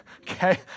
Okay